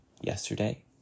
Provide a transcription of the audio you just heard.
yesterday